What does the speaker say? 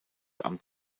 amt